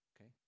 okay